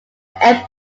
have